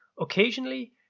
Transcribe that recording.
Occasionally